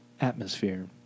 atmosphere